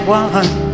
one